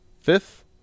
Fifth